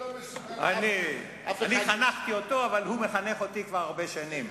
אני חנכתי אותו, אבל הוא מחנך אותי כבר הרבה שנים.